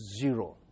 zero